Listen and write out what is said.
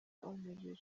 umuriro